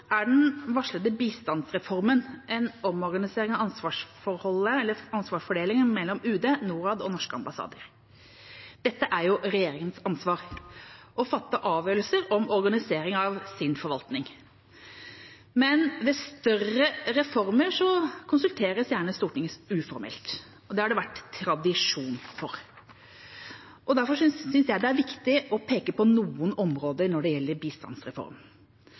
er den varslede bistandsreformen, en omorganisering av ansvarsfordelingen mellom UD, Norad og norske ambassader. Dette er jo regjeringas ansvar – å fatte avgjørelser om organisering av sin forvaltning, men ved større reformer konsulteres gjerne Stortinget uformelt, og det har det vært tradisjon for. Derfor synes jeg det er viktig å peke på noen områder når det gjelder bistandsreform.